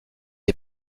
est